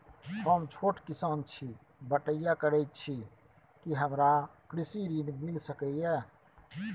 हम छोट किसान छी, बटईया करे छी कि हमरा कृषि ऋण मिल सके या?